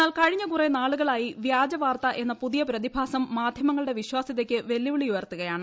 എന്നാൽ കഴിഞ്ഞ കൂറേ നാളുകളായി വ്യാജ വാർത്ത എന്ന പുതിയ പ്രതിഭാസം മാധ്യമങ്ങളുടെ വിശ്വാസ്യതയ്ക്ക് വെല്ലുവിളി ഉയർത്തുകയാണ്